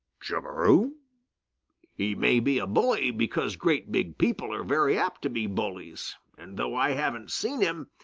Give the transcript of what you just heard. chug-a-rum! he may be a bully, because great big people are very apt to be bullies, and though i haven't seen him,